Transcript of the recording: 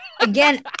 Again